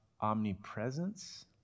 omnipresence